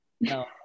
No